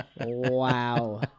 Wow